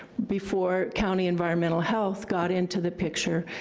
before county environmental health got into the picture,